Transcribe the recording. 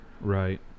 Right